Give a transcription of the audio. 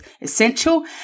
essential